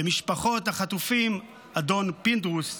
למשפחות החטופים, אדון פינדרוס,